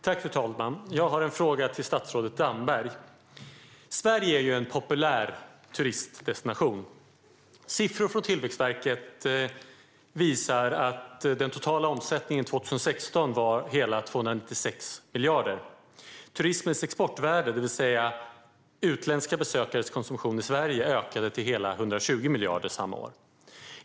Fru talman! Jag har en fråga till statsrådet Damberg. Sverige är ju en populär turistdestination. Siffror från Tillväxtverket visar att den totala omsättningen 2016 var hela 296 miljarder. Turismens exportvärde, det vill säga utländska besökares konsumtion i Sverige, ökade till hela 120 miljarder under samma år.